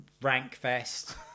Rankfest